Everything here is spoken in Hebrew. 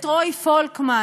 את רועי פולקמן,